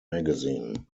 magazine